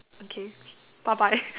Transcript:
okay bye bye